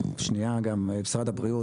משרד הבריאות,